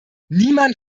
niemand